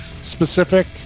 specific